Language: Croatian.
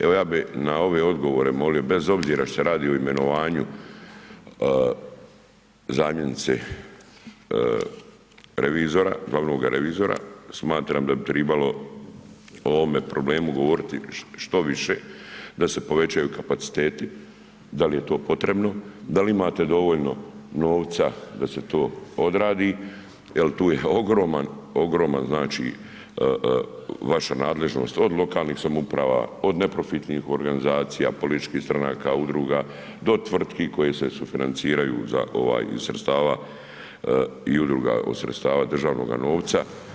Evo, ja bi na ove odgovore molio bez obzira što se radi o imenovanju zamjenice revizora, glavnoga revizora, smatram da bi tribalo o ovome problemu govoriti što više da se povećaju kapaciteti, da li je to potrebno, da li imate dovoljno novca da se to odradi jel je tu ogroman, ogroman znači vaša nadležnost, od lokalnih samouprava, od neprofitnih organizacija, političkih stranaka, udruga do tvrtki koje se sufinanciraju za ovaj sredstava i udruga od sredstava državnoga novca.